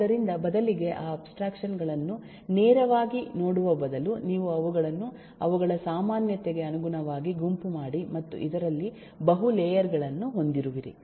ಆದ್ದರಿಂದ ಬದಲಿಗೆ ಆ ಅಬ್ಸ್ಟ್ರಾಕ್ಷನ್ ಗಳನ್ನು ನೇರವಾಗಿ ನೋಡುವ ಬದಲು ನೀವು ಅವುಗಳನ್ನು ಅವುಗಳ ಸಾಮಾನ್ಯತೆಗೆ ಅನುಗುಣವಾಗಿ ಗುಂಪು ಮಾಡಿ ಮತ್ತು ಇದರಲ್ಲಿ ಬಹು ಲೇಯರ್ ಗಳನ್ನು ಹೊಂದಿರುವಿರಿ